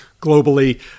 globally